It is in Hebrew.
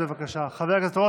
הכנסת,